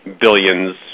billions